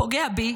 פוגע בי